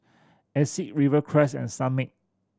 Asics Rivercrest and Sunmaid